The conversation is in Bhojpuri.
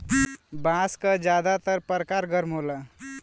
बांस क जादातर परकार गर्म होला